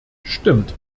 stimmt